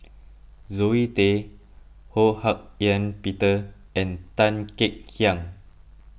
Zoe Tay Ho Hak Ean Peter and Tan Kek Hiang